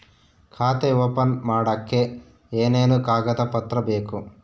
ಖಾತೆ ಓಪನ್ ಮಾಡಕ್ಕೆ ಏನೇನು ಕಾಗದ ಪತ್ರ ಬೇಕು?